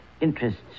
interests